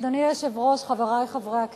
אדוני היושב-ראש, חברי חברי הכנסת,